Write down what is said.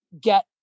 get